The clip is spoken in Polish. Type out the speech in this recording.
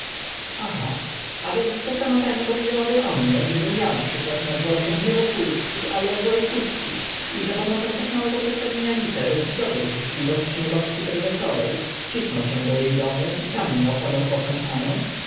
aha a więc co sama pani powiedziałaby o mnie gdybym ja naprzykład nazywał się nie wokulski ale wolkuski i zapomocą tak małego przestawienia liter zdobył życzliwość nieboszczki prezesowej wcisnął się do jej domu i tam miał honor poznać panią